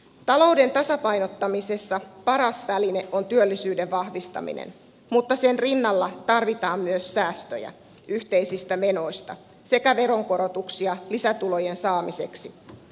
talouden tasapainottamisessa paras väline on työllisyyden vahvistaminen mutta sen rinnalla tarvitaan myös säästöjä yhteisistä menoista sekä veronkorotuksia lisätulojen saamiseksi